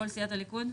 כל סיעת הליכוד?